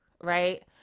right